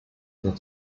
not